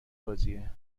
بازیه